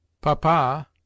Papa